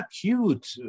cute